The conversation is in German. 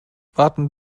warten